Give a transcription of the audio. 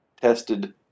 tested